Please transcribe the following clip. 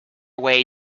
way